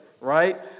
right